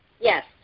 Yes